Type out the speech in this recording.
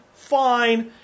Fine